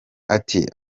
ati